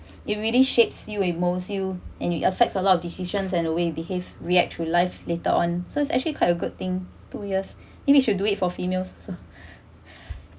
it really shapes you and it molds you and you affects a lot of decisions and a way behave react through life later on so it's actually quite a good thing two years think we should do it for females also